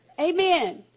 Amen